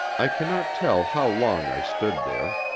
i cannot tell how long i stood there.